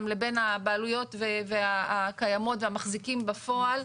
לבין הבעלויות הקיימות והמחזיקים בפועל,